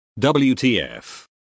WTF